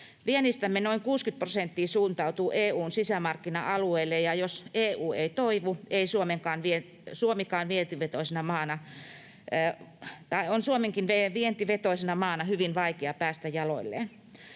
Viennistämme noin 60 prosenttia suuntautuu EU:n sisämarkkina-alueelle, ja jos EU ei toivu, on Suomenkin vientivetoisena maana hyvin vaikea päästä jaloilleen.